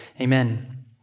amen